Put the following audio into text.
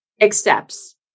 accepts